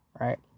Right